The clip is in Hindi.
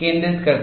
केंद्रित करते हैं